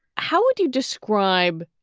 how would you describe.